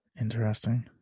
Interesting